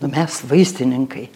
nu mes vaistininkai